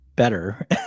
better